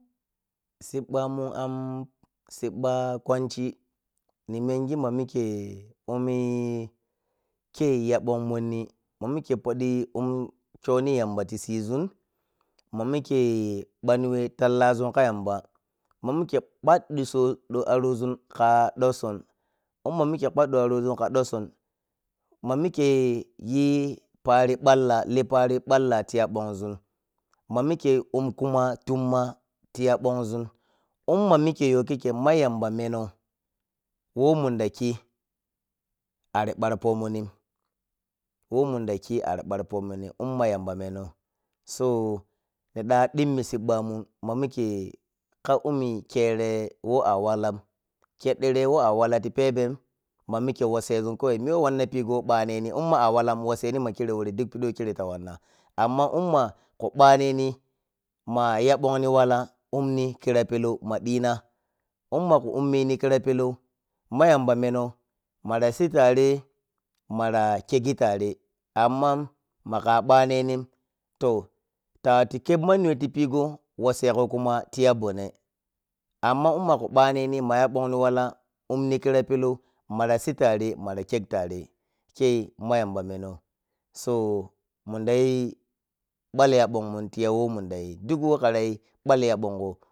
Sibbamun am sibba kwanchi nimengi manilye ummi kei yavong monni mamike ummi khoni yamba tsisizun manike bani whei tallazum ka yamba mamike kwaɗɗi so do arozun ka ɗosson umma mike kwaɗɗi arozun ka dosson ma mikeyi pari balla, liy pari balla tiya bonzun mamike um kuma tumma tiya bonzun umma mike yokikkei ma yamba menou who munda khi aribar pomunni who munda khi aribar pomunni umma yamba menou so, niɗa ɗimmi sibbamun mamike ka ummi kere who wawlon keɗɗire who awalan ti peben mamike wasswzun kawai miya who baneni umma awalan wasseni makeri woro duk piɗi whe khere ta wanna amma umma khu baneni maya bongni wala umni kira pelou madina ummaku umneni kira peloi madina ummaku umneni kira pelou ma yamba menou mara sitare mara kegitare amma maga baneni toh ta watu khep manni whe tipiyo wassego kuma tiya mbone amma ummagu ko baneni maya bongni wala ummi kira pelou mara sitate mara khe tare kei ma yamba menou so mundayi balyabonmun tiya whe muudayi duk who karayi balyabongo.